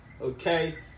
okay